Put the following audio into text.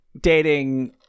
dating